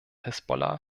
hisbollah